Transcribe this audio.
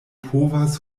povas